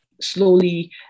slowly